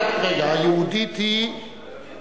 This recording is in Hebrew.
אין